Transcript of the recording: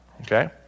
okay